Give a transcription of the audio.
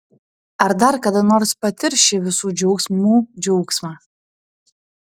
ar dar kada nors patirs šį visų džiaugsmų džiaugsmą